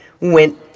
went